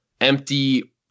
empty